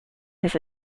his